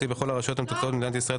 בכל הרשויות המתוקצבות במדינת ישראל),